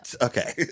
Okay